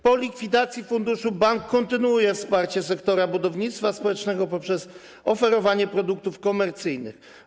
Po likwidacji funduszu bank kontynuuje wsparcie sektora budownictwa społecznego przez oferowanie produktów komercyjnych.